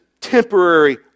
temporary